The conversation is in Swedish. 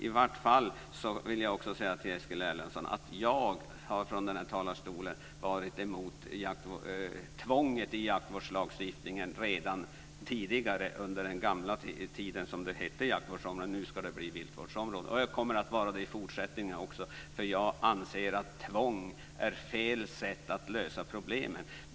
I vart fall vill jag säga till Eskil Erlandsson att jag från denna talarstol har varit emot tvånget i jaktvårdslagstiftningen redan tidigare. Det var under den gamla tiden då det hette jaktvårdsområde, men nu ska det heta viltvårdsområde. Jag kommer också att vara emot det i fortsättningen, för jag anser att tvång är fel sätt att lösa problemen.